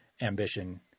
ambition